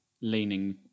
leaning